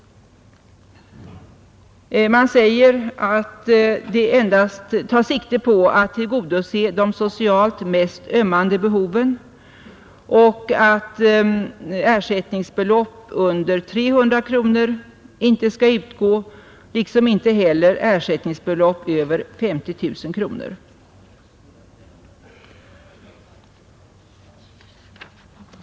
Man säger att det endast tar sikte på att tillgodose de socialt mest ömmande behoven och att ersättningsbelopp under 300 kronor inte skall utgå liksom inte heller ersättningsbelopp över 50 000 kronor.